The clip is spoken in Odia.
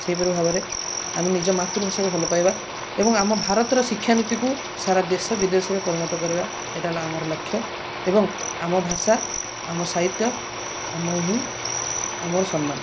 ସେହିପରି ଭାବରେ ଆମେ ନିଜ ମାତୃଭାଷାକୁ ଭଲ ପାଇବା ଏବଂ ଆମ ଭାରତର ଶିକ୍ଷା ନୀତିକୁ ସାରା ଦେଶ ବିଦେଶରେ ପରିଣତ କରିବା ଏଇଟା ହେଲା ଆମର ଲକ୍ଷ୍ୟ ଏବଂ ଆମ ଭାଷା ଆମ ସାହିତ୍ୟ ଆମ ହିଁ ଆମର ସମ୍ମାନ